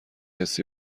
حسی